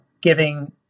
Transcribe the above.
giving